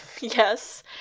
Yes